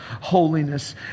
holiness